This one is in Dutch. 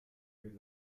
duurt